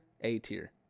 A-tier